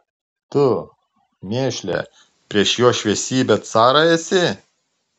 tu mėšle prieš jo šviesybę carą esi